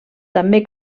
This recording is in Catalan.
també